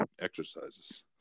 exercises